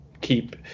keep